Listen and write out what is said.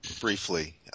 briefly